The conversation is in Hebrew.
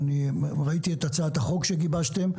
ראיתי את הצעת החוק שגיבשתם.